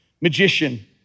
magician